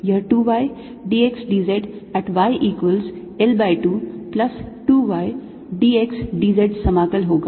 यह 2 y d x d z at y equals L by 2 plus 2 y d x d z समाकल होगा